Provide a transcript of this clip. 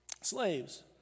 Slaves